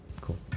Cool